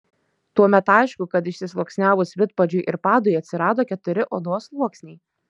tuomet aišku kad išsisluoksniavus vidpadžiui ir padui atsirado keturi odos sluoksniai